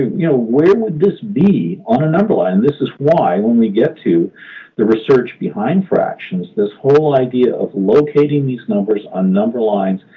you know where um would this be on a number line? and this is why, when we get to the research behind fractions, this whole idea of locating these numbers on number lines,